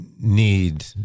need